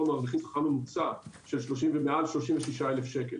מרוויחים שכר ממוצע של מעל 36,000 שקל.